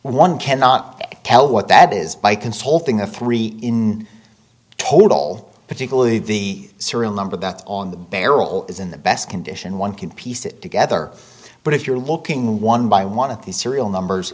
one cannot tell what that is by consulting a three in total all particularly the serial number that's on the barrel is in the best condition one can piece it together but if you're looking one by one of these serial numbers